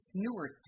newer